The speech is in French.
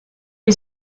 est